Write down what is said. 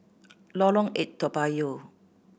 Lorong Eight Toa Payoh